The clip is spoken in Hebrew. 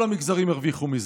כל המגזרים ירוויחו מזה.